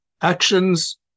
actions